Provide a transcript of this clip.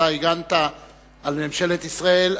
שבו הגנת על ממשלת ישראל,